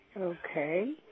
Okay